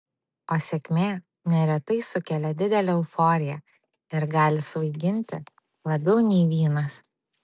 o sėkmė neretai sukelia didelę euforiją ir gali svaiginti labiau nei vynas